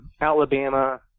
Alabama